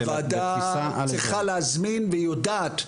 הוועדה צריכה להזמין והיא יודעת,